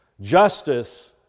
justice